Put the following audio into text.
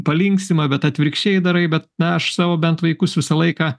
palinksima bet atvirkščiai darai bet na aš savo bent vaikus visą laiką